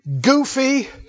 goofy